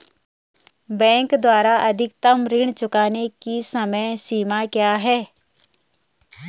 Bank द्वारा अधिकतम ऋण चुकाने की समय सीमा क्या है?